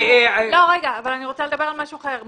אני רוצה לדבר על משהו אחר.